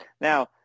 now